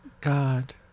God